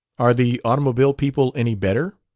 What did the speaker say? are the automobile people any better?